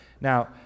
Now